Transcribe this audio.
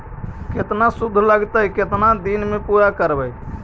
केतना शुद्ध लगतै केतना दिन में पुरा करबैय?